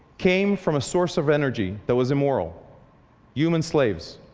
came from a source of energy that was immoral human slaves.